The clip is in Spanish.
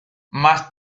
más